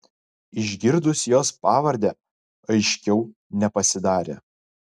išgirdus jos pavardę aiškiau nepasidarė